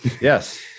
Yes